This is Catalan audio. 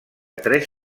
tres